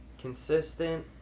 Consistent